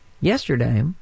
yesterday